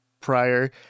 prior